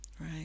Right